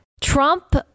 Trump